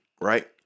right